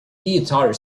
guitar